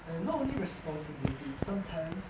and not only responsibility sometimes